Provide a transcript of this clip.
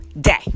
day